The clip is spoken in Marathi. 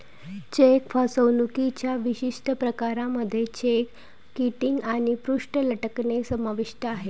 चेक फसवणुकीच्या विशिष्ट प्रकारांमध्ये चेक किटिंग आणि पृष्ठ लटकणे समाविष्ट आहे